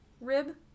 rib